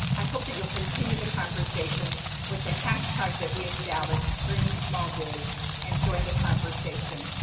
i hope that you'll continue the conversation with the hashtag that we established, dreamsmallbiz and join the conversation.